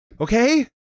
Okay